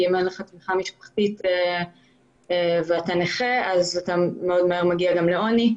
אם אין לך תמיכה משפחתית ואתה נכה אז מאוד מהר אתה מגיע גם לעוני.